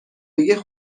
بگه